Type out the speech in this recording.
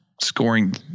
scoring